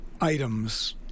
items